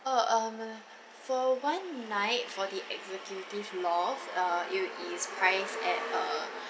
oh um for one night for the executive loft err it is priced at uh